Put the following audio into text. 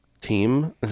Team